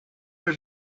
have